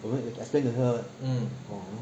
我们会 explain to her